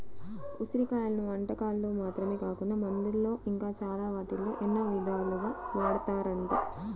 ఉసిరి కాయలను వంటకాల్లో మాత్రమే కాకుండా మందుల్లో ఇంకా చాలా వాటిల్లో ఎన్నో ఇదాలుగా వాడతన్నారంట